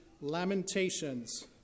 Lamentations